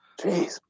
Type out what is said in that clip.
Jeez